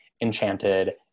enchanted